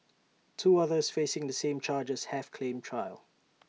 two others facing the same charges have claimed trial